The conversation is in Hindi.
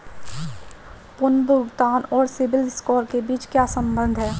पुनर्भुगतान और सिबिल स्कोर के बीच क्या संबंध है?